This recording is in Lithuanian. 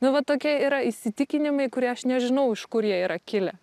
nu va tokie yra įsitikinimai kurie aš nežinau iš kur jie yra kilę